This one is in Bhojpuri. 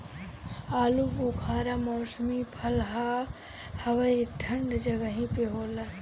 आलूबुखारा मौसमी फल हवे ई ठंडा जगही पे होला